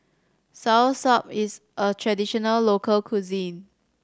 soursop is a traditional local cuisine